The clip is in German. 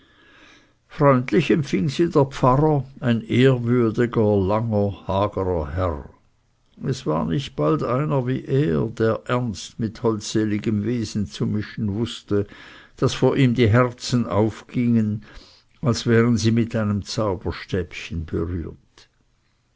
freundlich empfing sie der pfarrer ein ehrwürdiger langer hagerer herr es war nicht bald einer wie er der ernst mit holdseligem wesen zu mischen wußte daß vor ihm die herzen aufgingen als wären sie mit einem zauberstäbchen berührt